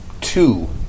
two